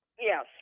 Yes